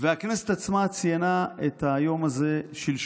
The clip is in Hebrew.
והכנסת עצמה ציינה את היום הזה שלשום.